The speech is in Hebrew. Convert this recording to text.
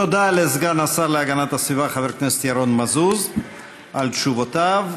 תודה לסגן השר להגנת הסביבה חבר הכנסת ירון מזוז על תשובותיו.